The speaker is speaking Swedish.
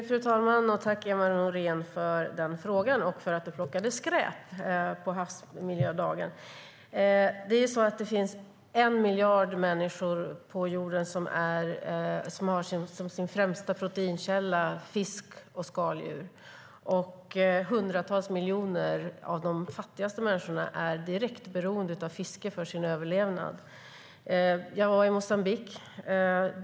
Fru talman! Jag tackar Emma Nohrén för frågan och för att du plockade skräp på Internationella havsmiljödagen. Det finns 1 miljard människor på jorden som har fisk och skaldjur som sin främsta proteinkälla, och hundratals miljoner av de fattigaste människorna är direkt beroende av fiske för sin överlevnad. Jag var i Moçambique.